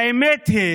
האמת היא